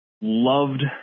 Loved